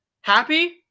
happy